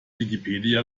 wikipedia